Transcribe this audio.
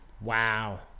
Wow